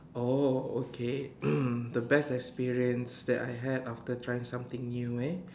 oh okay the best experience that I had after trying something new eh